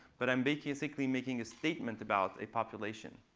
but i'm basically making a statement about a population.